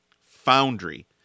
Foundry